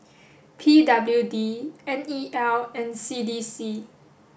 P W D N E L and C D C